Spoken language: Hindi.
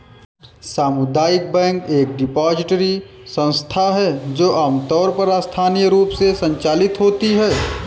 सामुदायिक बैंक एक डिपॉजिटरी संस्था है जो आमतौर पर स्थानीय रूप से संचालित होती है